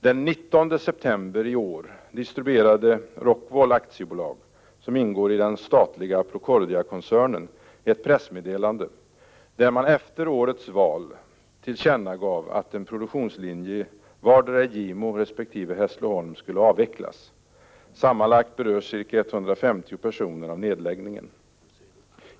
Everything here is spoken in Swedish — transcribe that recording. Den 19 september i år distribuerade AB Rockwool — som ingår i den statliga Procordiakoncernen — ett pressmeddelande, där man efter årets val tillkännagav att en produktionslinje i vardera Gimo resp. Hässleholm skulle avvecklas. Sammanlagt berörs ca 150 personer av nedläggningen.